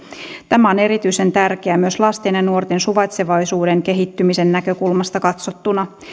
tämä on erityisen tärkeää myös lasten ja nuorten suvaitsevaisuuden kehittymisen näkökulmasta katsottuna